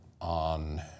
on